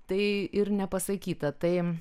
tai ir nepasakyta tai